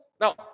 Now